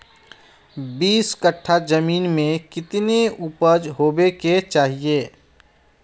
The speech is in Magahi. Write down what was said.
बीस कट्ठा जमीन में कितने उपज होबे के चाहिए?